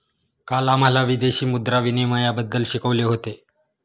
काल आम्हाला विदेशी मुद्रा विनिमयबद्दल शिकवले होते